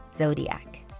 Zodiac